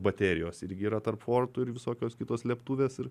baterijos irgi yra tarp fortų ir visokios kitos slėptuvės ir